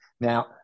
Now